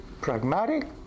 pragmatic